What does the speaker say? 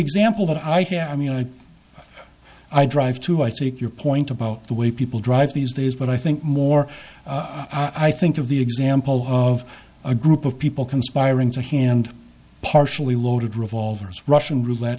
example that i can i i mean i drive to i take your point about the way people drive these days but i think more i think of the example of a group of people conspiring to hand partially loaded revolvers russian roulette